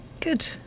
Good